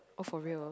oh for real